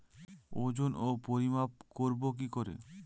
ওজন ও পরিমাপ করব কি করে?